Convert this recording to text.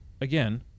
again